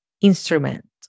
instrument